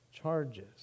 charges